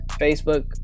Facebook